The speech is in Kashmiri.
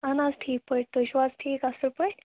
اَہَن حظ ٹھیٖک پٲٹھۍ تُہۍ چھِو حظ ٹھیٖک اَصٕل پٲٹھۍ